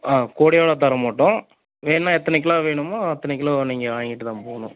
ஆ கூடையோட தரமாட்டோம் வேணுன்னா எத்தனை கிலோ வேணுமோ அத்தனை கிலோ நீங்கள் வாங்கிட்டு தான் போகணும்